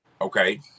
Okay